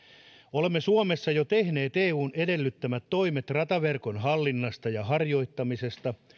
olemme suomessa jo tehneet eun edellyttämät toimet rataverkon hallinnasta ja harjoittamisesta